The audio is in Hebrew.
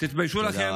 תתביישו לכם.